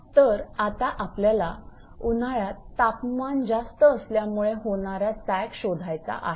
तर आता आपल्याला उन्हाळ्यात तापमान जास्त असल्यामुळे होणारा सॅग शोधायचा आहे